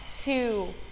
two